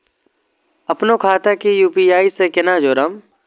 अपनो खाता के यू.पी.आई से केना जोरम?